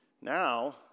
Now